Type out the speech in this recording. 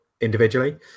individually